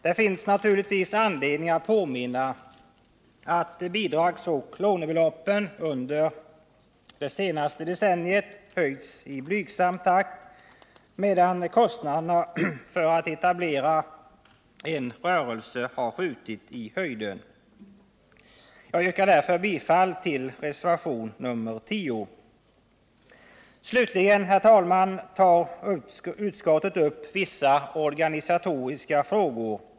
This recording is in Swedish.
Det finns naturligt visanledningatt påminna om att bidragsoch lånebeloppen under det senaste decenniet höjts i blygsam takt, medan kostnaderna för att etablera en rörelse har skjutit i höjden. Jag yrkar därför bifall till reservation nr 10. Slutligen, herr talman, tar utskottet upp vissa organisatoriska frågor.